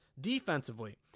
defensively